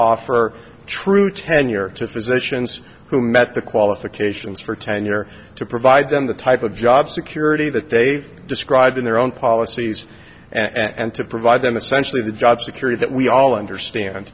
offer true tenure to physicians who met the qualifications for tenure to provide them the type of job security that they described in their own policies and to provide them the sense of the job security that we all understand